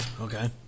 Okay